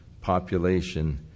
population